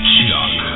Chuck